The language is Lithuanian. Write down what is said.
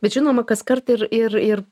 bet žinoma kaskart ir ir ir